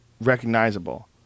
recognizable